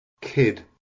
kid